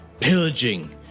pillaging